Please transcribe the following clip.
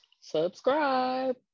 subscribe